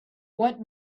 what